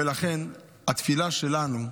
ולכן התפילה שלנו,